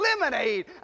lemonade